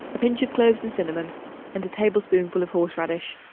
a pinch of cloves and cinnamon and a tablespoonful of horseradish.